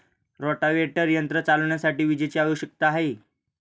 rotavator यंत्र चालविण्यासाठी विजेची आवश्यकता आहे